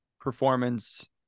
performance